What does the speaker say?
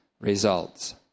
results